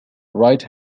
right